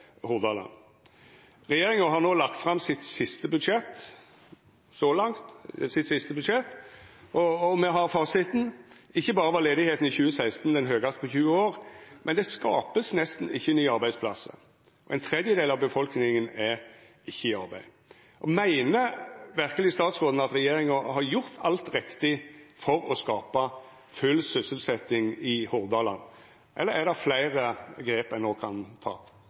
Regjeringa har no lagt fram sitt – så langt – siste budsjett, og me har fasiten: Ikkje berre var arbeidsløysa i 2016 den høgaste på 20 år, men det vert nesten ikkje skapt nye arbeidsplassar. Ein tredjedel av befolkninga er ikkje i arbeid. Meiner verkeleg statsråden at regjeringa har gjort alt riktig for å skapa full sysselsetjing i Hordaland, eller er det fleire grep ein no kan ta?